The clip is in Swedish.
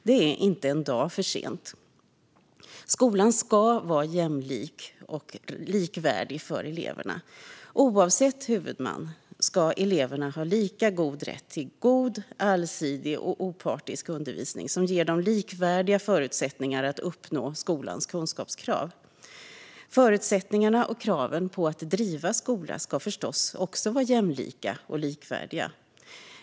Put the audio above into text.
Det är inte en dag för tidigt. Skolan ska vara jämlik och likvärdig för eleverna. Oavsett huvudman ska eleverna ha lika god rätt till god, allsidig och opartisk undervisning som ger dem likvärdiga förutsättningar att uppnå skolans kunskapskrav. Förutsättningarna och kraven på dem som driver skola ska förstås också vara jämlika och likvärdiga.